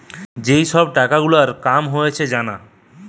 যেই সব টাকা গুলার কাম হয়েছে জানা